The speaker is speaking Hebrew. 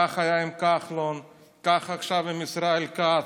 כך היה עם כחלון וכך עכשיו עם ישראל כץ.